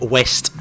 West